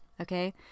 okay